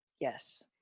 Yes